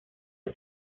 del